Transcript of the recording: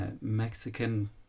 Mexican